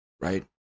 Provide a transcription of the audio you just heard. right